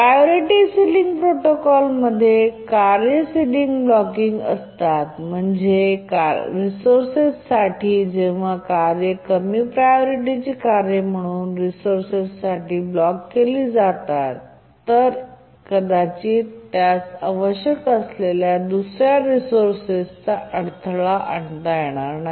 priority ceiling protocol मध्ये कार्ये single blocking असतात म्हणजेच रिसोर्ससाठी जेव्हा कार्ये कमी प्रायोरिटी कार्ये म्हणून रिसोर्ससाठी ब्लॉक केली जातात तर कदाचित त्यास आवश्यक असलेल्या दुसर्या रिसोर्सस अडथळा आणता येणार नाही